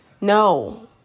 No